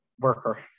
worker